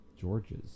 George's